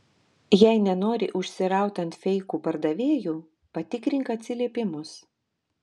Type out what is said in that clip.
jei nenori užsiraut ant feikų pardavėjų patikrink atsiliepimus